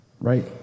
Right